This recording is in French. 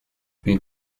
une